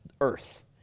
earth